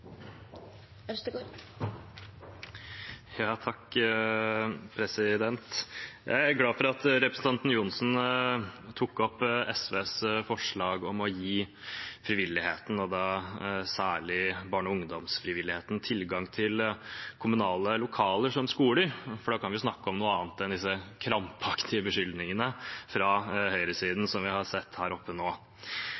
Jeg er glad for at representanten Ørmen Johnsen tok opp SVs forslag om å gi frivilligheten – og særlig barne- og ungdomsfrivilligheten – tilgang til kommunale lokaler, som f.eks. skoler, for da kan vi snakke om noe annet enn de krampaktige beskyldningene fra høyresiden